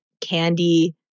candy